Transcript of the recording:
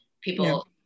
people